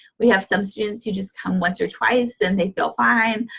we have some students who just come once or twice and they feel fine.